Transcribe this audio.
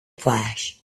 flash